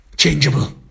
changeable